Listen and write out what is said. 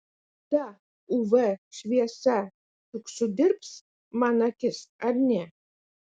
ta uv šviesa juk sudirbs man akis ar ne